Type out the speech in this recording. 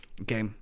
Okay